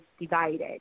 divided